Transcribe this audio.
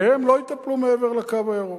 שהם לא יטפלו מעבר ל"קו הירוק".